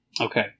Okay